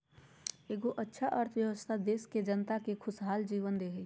एगो अच्छा अर्थव्यवस्था देश के जनता के खुशहाल जीवन दे हइ